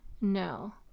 No